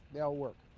that'll work.